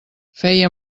feia